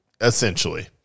Essentially